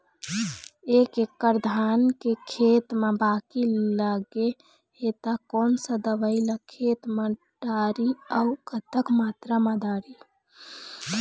एक एकड़ धान के खेत मा बाकी लगे हे ता कोन सा दवई ला खेत मा डारी अऊ कतक मात्रा मा दारी?